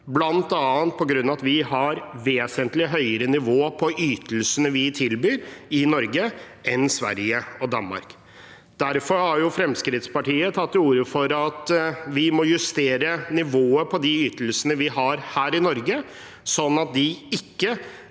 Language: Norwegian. bl.a. på grunn av at vi har vesentlig høyere nivå på ytelsene vi tilbyr i Norge, enn Sverige og Danmark har. Derfor har Fremskrittspartiet tatt til orde for at vi må justere nivået på de ytelsene vi har her i Norge, sånn at de ikke